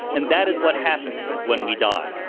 and that is what happens when we die.